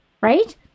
right